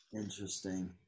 Interesting